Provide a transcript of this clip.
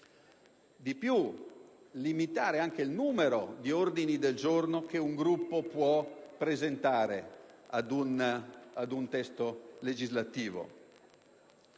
limitare il numero di ordini del giorno che ogni Gruppo può presentare ad un testo legislativo.